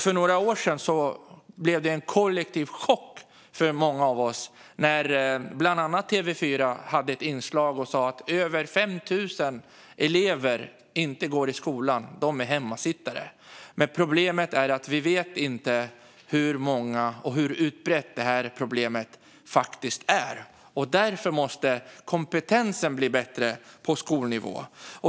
För några år sedan blev det en kollektiv chock för många av oss när bland annat TV4 i ett inslag sa att över 5 000 elever inte gick i skolan utan var hemmasittare. Problemet är att vi inte vet hur utbrett detta faktiskt är. Därför måste kompetensen bli bättre på skolnivå.